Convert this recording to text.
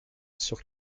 sur